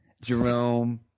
Jerome